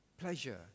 pleasure